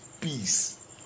peace